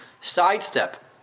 sidestep